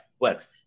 works